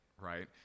right